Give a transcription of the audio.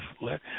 let